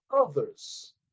others